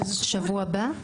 בשבוע הבא?